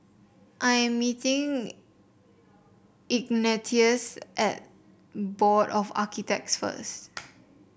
I am meeting Ignatius at Board of Architects first